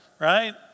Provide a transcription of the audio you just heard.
right